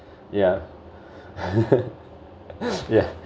ya ya